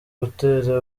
gutera